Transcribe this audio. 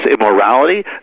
immorality